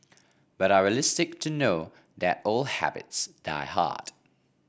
but are realistic to know that old habits die hard